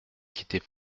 quittait